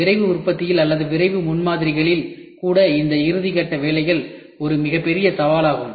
விரைவு உற்பத்தியில் அல்லது விரைவு முன்மாதிரிகளில் கூடஇந்த இறுதி கட்ட வேலைகள் ஒரு மிகப்பெரிய சவாலாகும்